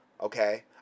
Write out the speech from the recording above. okay